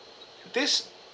this